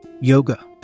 Yoga